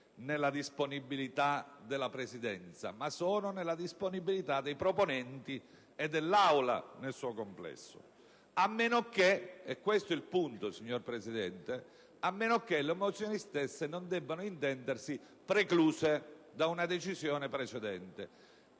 nella disponibilità della Presidenza, ma sono nella disponibilità dei proponenti e dell'Aula nel suo complesso, a meno che - è questo il punto, signor Presidente - le mozioni stesse non debbano intendersi precluse da una decisione precedente.